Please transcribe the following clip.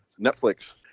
Netflix